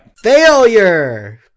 Failure